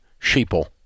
sheeple